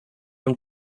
own